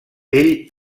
ell